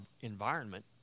environment